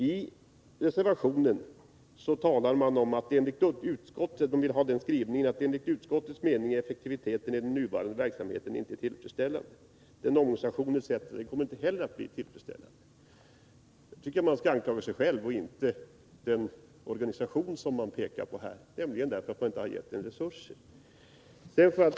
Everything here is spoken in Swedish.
I reservationen vill man att utskottet skall förklara att effektiviteten i den nuvarande verksamheten inte är tillfredsställande enligt utskottets mening och att inte heller omorganisationen kommer att bli tillfredsställande. Men för detta bör man anklaga sig själv och inte den organisation det gäller, eftersom man inte har givit den tillräckliga resurser.